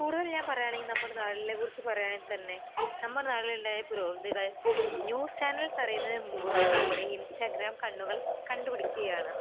കൂടുതൽ ഞാൻ പറയാണെങ്കിൽ നമ്മുടെ നാട്ടിലെ കുറിച്ച് പറയാണേൽ തന്നെ നമ്മുടെ നാടിലുണ്ടായ പുരോഗതികൾ ന്യൂസ് ചാനെൽസ് അറിയുന്നതിന് മുൻപ് നമ്മുടെ ഇൻസ്റ്റഗ്രാം കണ്ണുകൾ കണ്ടുപിടിക്കുകയാണ്